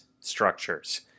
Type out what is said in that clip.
structures